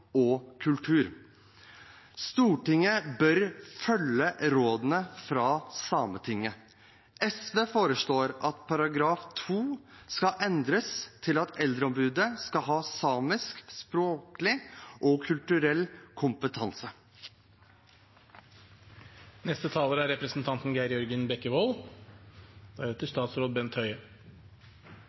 og kultur. Stortinget bør følge rådene fra Sametinget. SV foreslår, sammen med Arbeiderpartiet og Senterpartiet, at § 2 skal endres til at Eldreombudet skal ha samisk språklig og kulturell kompetanse.